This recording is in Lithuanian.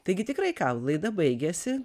taigi tikrai ką laida baigiasi